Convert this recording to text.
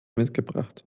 mitgebracht